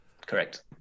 Correct